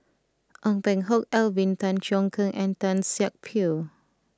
Ong Peng Hock Alvin Tan Cheong Kheng and Tan Siak Kew